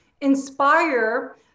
inspire